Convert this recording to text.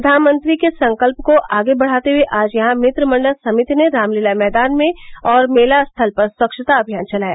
प्रधानमंत्री के संकल्प को आगे बढ़ाते हए आज यहां मित्र मंडल समिति ने रामलीला मैदान और मेला स्थल पर स्वच्छता अभियान चलाया